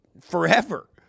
forever